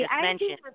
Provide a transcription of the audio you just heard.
mentioned